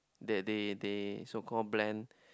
that they they so call blend